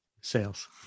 sales